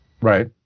Right